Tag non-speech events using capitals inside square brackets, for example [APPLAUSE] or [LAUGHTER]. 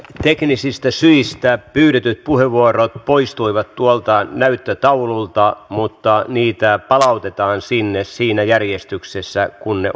teknisistä syistä pyydetyt puheenvuorot poistuivat tuolta näyttötaululta mutta niitä palautetaan sinne siinä järjestyksessä kuin ne [UNINTELLIGIBLE]